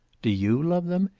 do you love them?